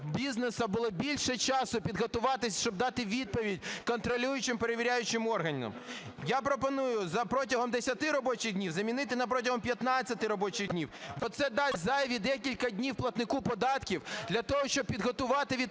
було більше часу підготуватись, щоб дати відповідь контролюючим, перевіряючим органам. Я пропоную "протягом 10 робочих днів", замінити на "протягом 15 робочих днів". Бо це дасть зайві декілька днів платнику податків для того, щоб підготувати відповідну